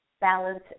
balance